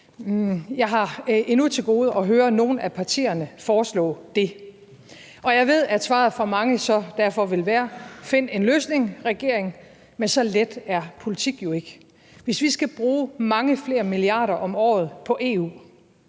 jeg har endnu til gode at høre nogen af partierne foreslå det. Og jeg ved, at svaret fra mange så derfor vil være: Find en løsning, regering! Men så let er politik jo ikke. Hvis vi skal bruge mange flere milliarder kroner om året på EU,